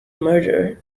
murder